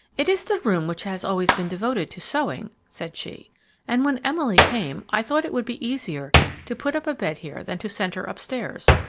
it is the room which has always been devoted to sewing, said she and when emily came, i thought it would be easier to put up a bed here than to send her upstairs.